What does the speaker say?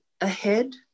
ahead